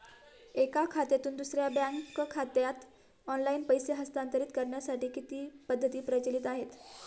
एका खात्यातून दुसऱ्या बँक खात्यात ऑनलाइन पैसे हस्तांतरित करण्यासाठी किती पद्धती प्रचलित आहेत?